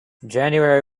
january